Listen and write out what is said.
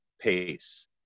pace